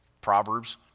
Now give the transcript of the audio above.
Proverbs